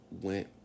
went